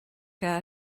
que